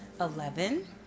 Eleven